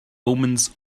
omens